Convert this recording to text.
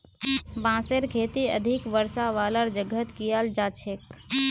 बांसेर खेती अधिक वर्षा वालार जगहत कियाल जा छेक